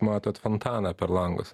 matot fontaną per langus